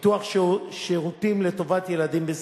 לפיתוח שירותים לטובת ילדים בסיכון.